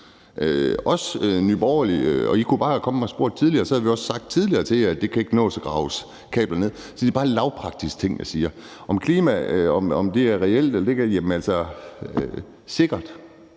også Nye Borgerlige. I kunne bare være kommet og have spurgt tidligere. Så havde vi også sagt tidligere til jer, at det ikke kan nås at grave kabler ned. Så det er bare en lavpraktisk ting, jeg siger. Om spørgsmålet om, om klimaproblemet er reelt eller